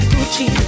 Gucci